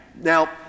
Now